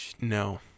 no